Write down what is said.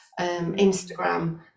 Instagram